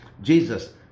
Jesus